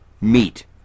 meet